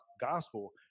gospel